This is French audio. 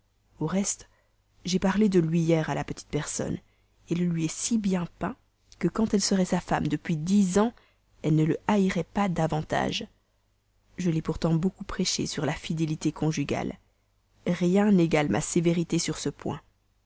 au reste j'ai parlé de lui hier à la petite personne je le lui ai si bien peint que quand elle serait sa femme depuis dix ans elle ne le haïrait pas davantage je l'ai surtout beaucoup prêchée sur la fidélité conjugale rien n'égale ma sévérité sur ce point